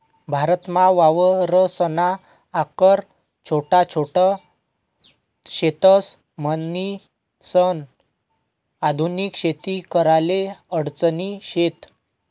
भारतमा वावरसना आकार छोटा छोट शेतस, म्हणीसन आधुनिक शेती कराले अडचणी शेत